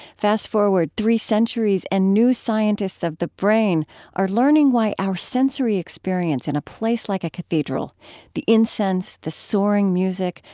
fast-forward three centuries, and new scientists of the brain are learning why our sensory experience in a place like a cathedral the incense, the soaring music,